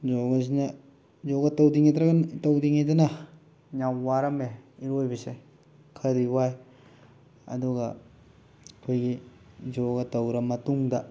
ꯌꯣꯒꯥꯁꯤꯅ ꯌꯣꯒꯥ ꯇꯧꯗ꯭ꯔꯤꯉꯩꯗꯅ ꯌꯥꯝ ꯋꯥꯔꯝꯃꯦ ꯏꯔꯣꯏꯕꯁꯦ ꯈꯔꯗꯤ ꯋꯥꯏ ꯑꯗꯨꯒ ꯑꯩꯈꯣꯏꯒꯤ ꯌꯣꯒꯥꯇꯧꯔ ꯃꯇꯨꯡꯗ